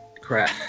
crap